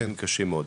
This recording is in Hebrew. כאבים קשים מאוד,